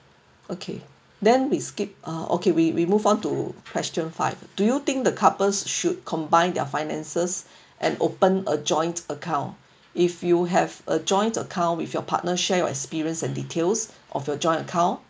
okay then we skip ah okay we we move on to question five do you think the couples should combine their finances and opened a joint account if you have a joint account with your partner share your experience and details of your joint account